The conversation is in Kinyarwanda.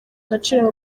agaciro